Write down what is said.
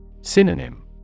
Synonym